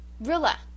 Rilla